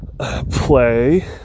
play